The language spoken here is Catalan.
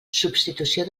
substitució